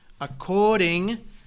according